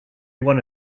one